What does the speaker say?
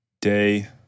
Day